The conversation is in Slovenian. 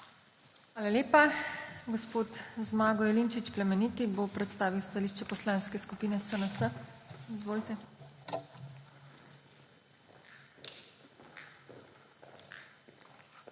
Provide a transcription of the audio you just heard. Hvala lepa. Gospod Zmago Jelinčič Plemeniti bo predstavil stališče Poslanske skupine SNS. Izvolite.